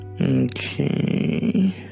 Okay